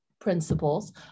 principles